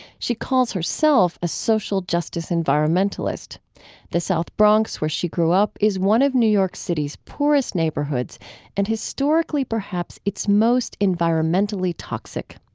she calls herself a social justice environmentalist the south bronx, where she grew up, is one of new york city's poorest neighborhoods and historically perhaps its most environmentally toxic.